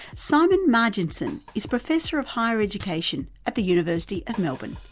simon marginson is professor of higher education at the university of melbourne.